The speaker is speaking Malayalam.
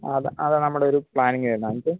അതാ അതാ നമ്മുടെ ഒരു പ്ലാനിങ് വരുന്നത് എന്നിട്ട്